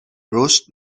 رشد